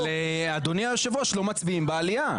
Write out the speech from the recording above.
אבל, אדוני היושב ראש, לא מצביעים בעלייה.